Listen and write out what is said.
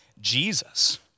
Jesus